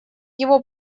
его